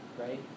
right